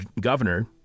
governor